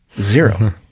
zero